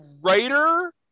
writer